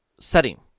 setting